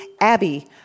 Abby